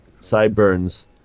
sideburns